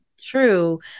True